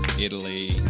Italy